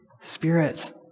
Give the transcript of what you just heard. Spirit